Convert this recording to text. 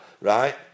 right